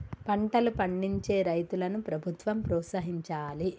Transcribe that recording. పంటలు పండించే రైతులను ప్రభుత్వం ప్రోత్సహించాలి